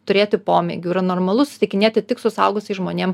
turėti pomėgių yra normalu susitikinėti tik su suaugusiais žmonėm